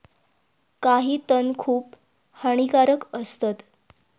काही तण खूप हानिकारक असतत